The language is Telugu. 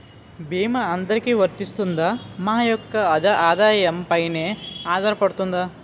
భీమా అందరికీ వరిస్తుందా? మా యెక్క ఆదాయం పెన ఆధారపడుతుందా?